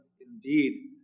indeed